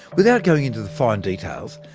without going into the fine details,